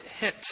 hit